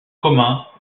communs